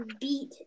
beat